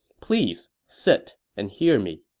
please sit and hear me.